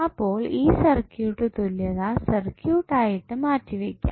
അപ്പോൾ ഈ സർക്യൂട്ട് തുല്യതാ സർക്യൂട്ട് ആയിട്ട് മാറ്റിവയ്ക്കാം